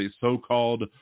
so-called